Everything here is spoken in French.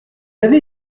avait